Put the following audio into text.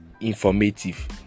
informative